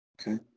Okay